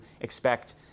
expect